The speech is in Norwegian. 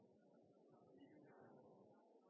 vi